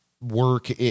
work